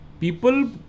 People